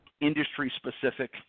industry-specific